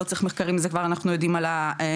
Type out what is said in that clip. לא צריך מחקרים זה כבר אנחנו יודעים על הניקוטין,